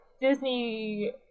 Disney